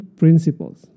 principles